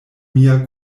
mia